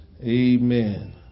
amen